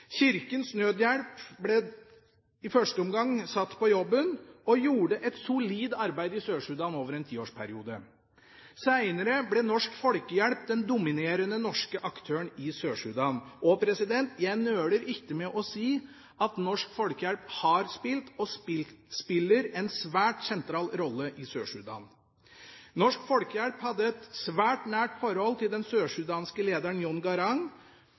Kirkens Nødhjelp ble i første omgang satt på jobben og gjorde et solid arbeid i Sør-Sudan over en tiårsperiode. Seinere ble Norsk Folkehjelp den dominerende norske aktøren i Sør-Sudan. Jeg nøler ikke med å si at Norsk Folkehjelp har spilt og spiller en svært sentral rolle i Sør-Sudan. Norsk Folkehjelp hadde et svært nært forhold til den sørsudanske lederen John Garang,